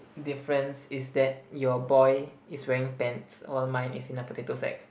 difference is that your boy is wearing pants while mine is in a potato sack